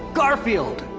garfield!